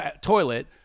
toilet